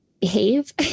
behave